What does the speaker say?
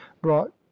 brought